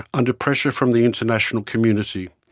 under pressure from the international community,